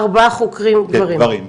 ארבעה חוקרים גברים.